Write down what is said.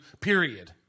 period